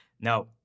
Now